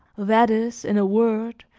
that is, in a word,